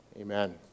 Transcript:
Amen